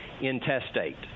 intestate